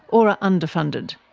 or are under-funded.